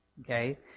Okay